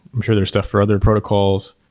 i'm sure there's stuff for other protocols.